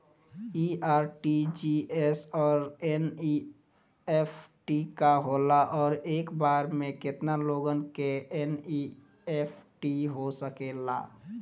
इ आर.टी.जी.एस और एन.ई.एफ.टी का होला और एक बार में केतना लोगन के एन.ई.एफ.टी हो सकेला?